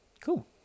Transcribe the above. cool